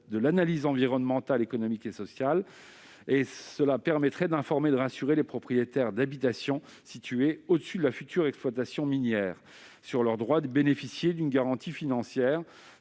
de l'analyse environnementale, économique et sociale. Cela permettrait d'informer et de rassurer les propriétaires d'habitation située au-dessus de la future exploitation minière, sur leur droit de bénéficier d'une garantie financière